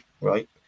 right